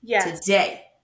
today